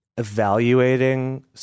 evaluating